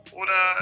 oder